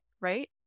right